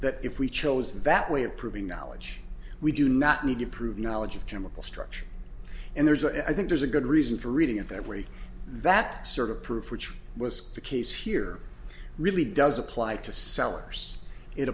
that if we chose that way of proving knowledge we do not need to prove knowledge of chemical structure and there's a i think there's a good reason for reading it that that sort of proof which was the case here really does apply to sellers it